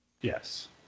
Yes